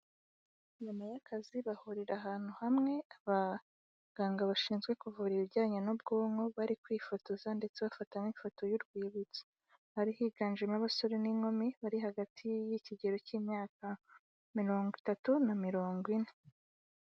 Nyuma y'akazi bahurira ahantu hamwe, abaganga bashinzwe kuvura ibijyanye n'ubwonko bari kwifotoza, ndetse bafata n'ifoto y'urwibutso, hari higanjemo abasore n'inkumi bari hagati y'ikigero cy'imyaka mirongo itatu na mirongo ine.